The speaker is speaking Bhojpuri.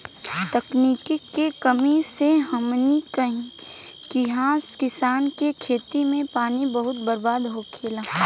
तकनीक के कमी से हमनी किहा किसान के खेत मे पानी बहुत बर्बाद होखेला